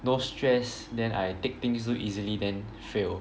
no stress then I take things too easily then fail